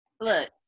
Look